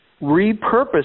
repurpose